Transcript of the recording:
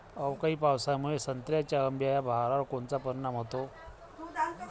अवकाळी पावसामुळे संत्र्याच्या अंबीया बहारावर कोनचा परिणाम होतो?